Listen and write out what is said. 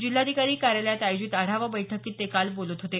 जिल्हाधिकारी कार्यालयात आयोजित आढावा बैठकीत ते काल बोलत होते